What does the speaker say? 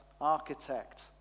architect